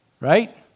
Right